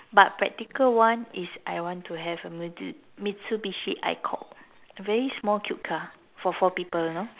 but practical one is I want to have a mitsu~ Mitsubishi I cord very small cute car for four people you know